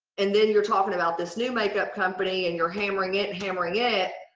and then you're talking about this new makeup company and you're hammering it, hammering it,